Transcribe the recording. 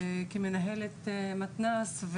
כמנהלת מתנ"ס,